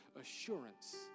assurance